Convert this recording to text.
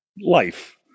Life